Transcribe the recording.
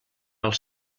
els